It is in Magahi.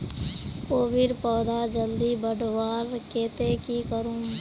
कोबीर पौधा जल्दी बढ़वार केते की करूम?